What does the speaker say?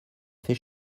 fait